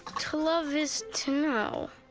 to love is to know.